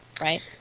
right